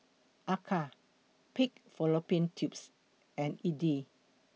Acar Pig Fallopian Tubes and Idly